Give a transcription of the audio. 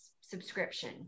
subscription